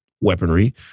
weaponry